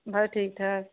ਬਸ ਠੀਕ ਠਾਕ